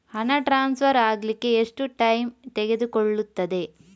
ಹಣ ಟ್ರಾನ್ಸ್ಫರ್ ಅಗ್ಲಿಕ್ಕೆ ಎಷ್ಟು ಟೈಮ್ ತೆಗೆದುಕೊಳ್ಳುತ್ತದೆ?